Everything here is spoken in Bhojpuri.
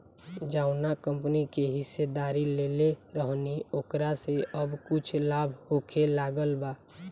जावना कंपनी के हिस्सेदारी लेले रहनी ओकरा से अब कुछ लाभ होखे लागल बा